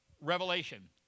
Revelation